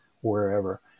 wherever